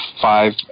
five